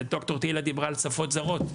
ד"ר תהילה שחר דיברה על שפות זרות,